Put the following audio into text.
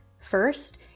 First